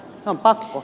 on pakko